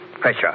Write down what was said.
Pressure